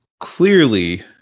clearly